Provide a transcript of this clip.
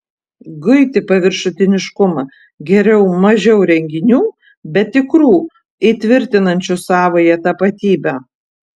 guiti paviršutiniškumą geriau mažiau renginių bet tikrų įtvirtinančių savąją tapatybę